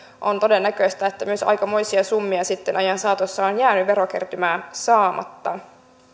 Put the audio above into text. on todennäköistä että myös aikamoisia summia ajan saatossa on sitten jäänyt verokertymään saamatta